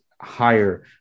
higher